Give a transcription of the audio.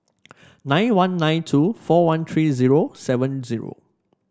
nine one nine two four one three zero seven zero